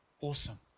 Awesome